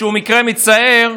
שהוא מקרה מצער,